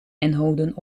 inhouden